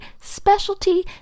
specialty